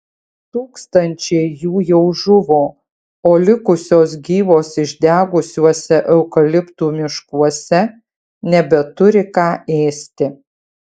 tūkstančiai jų jau žuvo o likusios gyvos išdegusiuose eukaliptų miškuose nebeturi ką ėsti